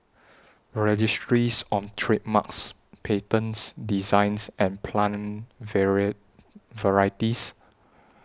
Registries on Trademarks Patents Designs and Plant Varieties